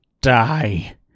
die